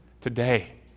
today